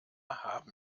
haben